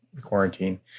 quarantine